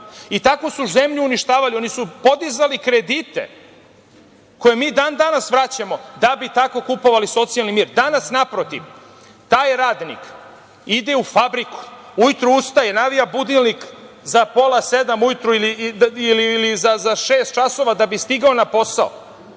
Tako su zemlju uništavali. Oni su podizali kredite koje mi dan danas vraćamo da bi tako kupovali socijalni mir. Danas, naprotiv, taj radnik ide u fabriku. Ujutru ustaje, navija budilnik za 6,30 časova ujutru ili za 6,00 časova da bi stigao na posao,